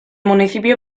municipio